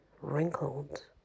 wrinkled